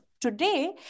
today